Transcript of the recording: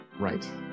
Right